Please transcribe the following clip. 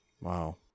Wow